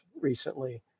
recently